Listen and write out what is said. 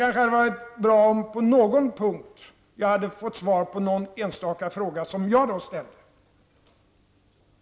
Det hade varit bra om jag på någon punkt hade fått svar på någon enstaka fråga som jag ställde.